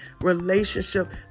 relationship